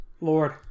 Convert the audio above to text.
Lord